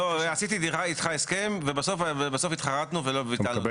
ערכתי אתך הסכם ובסוף התחרטנו וביטלנו.